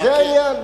זה העניין.